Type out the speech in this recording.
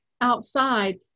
outside